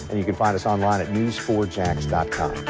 you can find us online at news four jax dot com.